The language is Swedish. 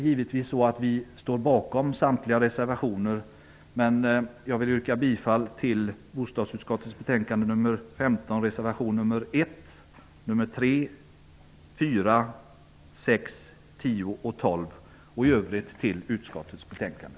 Givetvis står vi bakom samtliga reservationer till betänkande 15, men jag yrkar endast bifall till reservationerna 1, 3, 4, 6, 10 och 12. I övrigt yrkar jag bifall till utskottets hemställan.